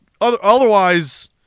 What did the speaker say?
otherwise